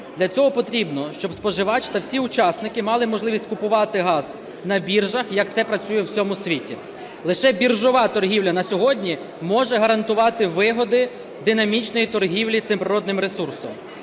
Для цього потрібно, щоб споживач та всі учасники мали можливість купувати газ на біржах, як це працює в усьому світі. Лише біржова торгівля на сьогодні може гарантувати вигоди динамічної торгівлі цим природним ресурсом.